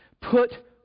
Put